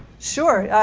sure.